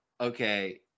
okay